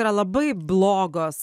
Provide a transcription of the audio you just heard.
yra labai blogos